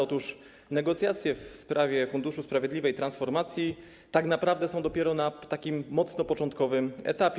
Otóż negocjacje w sprawie Funduszu Sprawiedliwej Transformacji tak naprawdę są dopiero na mocno początkowym etapie.